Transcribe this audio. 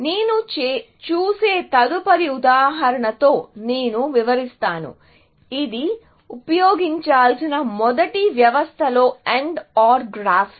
నేను చూసే తదుపరి ఉదాహరణతో నేను వివరిస్తాను ఇది ఉపయోగించాల్సిన మొదటి వ్యవస్థలలో AND OR గ్రాఫ్లు